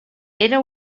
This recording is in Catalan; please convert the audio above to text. era